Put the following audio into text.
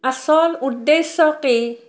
আচল উদ্দেশ্যকেই